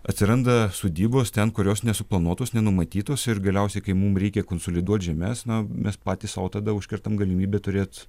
atsiranda sodybos ten kurios nesuplanuotos nenumatytos ir galiausiai kai mum reikia konsoliduot žemes na mes patys sau tada užkertam galimybę turėt